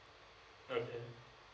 okay